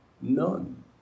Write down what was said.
None